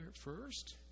first